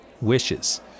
wishes